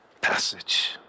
passage